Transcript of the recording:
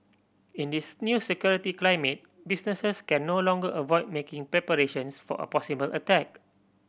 in this new security climate businesses can no longer avoid making preparations for a possible attack